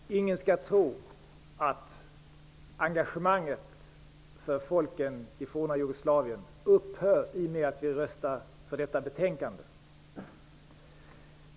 Fru talman! Ingen skall tro att engagemanget för folken i forna Jugoslavien upphör i och med att vi röstar för detta betänkande.